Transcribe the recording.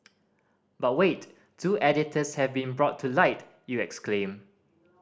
but wait two editors have been brought to light you exclaim